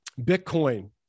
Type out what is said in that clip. bitcoin